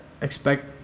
expect